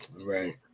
Right